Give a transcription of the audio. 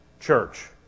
church